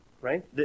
right